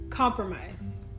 Compromise